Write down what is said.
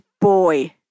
boy